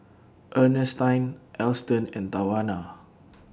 Earnestine Alston and Tawanna